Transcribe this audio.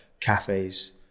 cafes